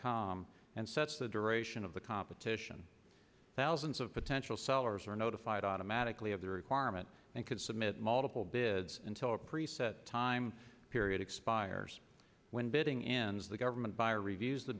com and sets the duration of the competition thousands of potential sellers are notified automatically of the requirement and could submit multiple bid until a preset time period expires when bidding ends the government buyer reviews the